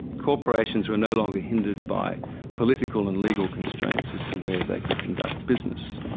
corporations were no longer hindered by political and legal constraints as to where they could conduct business.